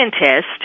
scientist